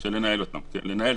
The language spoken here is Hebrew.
של לנהל את המרשם.